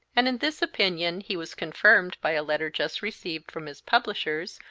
and in this opinion he was confirmed by a letter just received from his publishers,